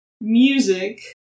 music